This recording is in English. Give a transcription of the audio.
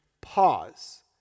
Pause